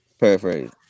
paraphrase